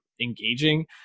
engaging